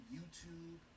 YouTube